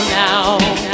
now